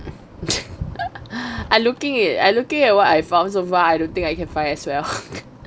I looking eh looking at what I found so far I don't think I can find as well